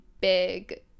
big